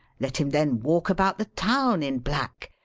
let him then walk about the town in black.